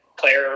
player